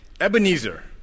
Ebenezer